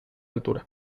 altura